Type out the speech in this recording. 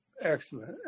Excellent